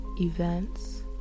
events